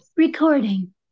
recording